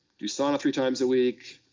do sauna three times a week,